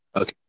Okay